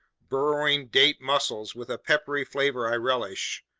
burrowing date mussels with a peppery flavor i relish,